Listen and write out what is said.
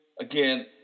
Again